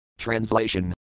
Translation